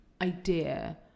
idea